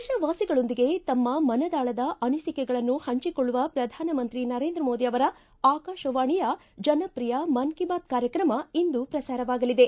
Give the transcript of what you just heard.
ದೇತ ವಾಸಿಗಳೊಂದಿಗೆ ತಮ್ಮ ಮನದಾಳದ ಅನಿಖಕೆಗಳನ್ನು ಹಂಚಿಕೊಳ್ಳುವ ಪ್ರಧಾನಮಂತ್ರಿ ನರೇಂದ್ರ ಮೋದಿ ಅವರ ಆಕಾಶವಾಣಿಯ ಜನಪ್ರಿಯ ಮನ್ ಕಿ ಬಾತ್ ಕಾರ್ಯಕ್ರಮ ಇಂದು ಪ್ರಸಾರವಾಗಲಿದೆ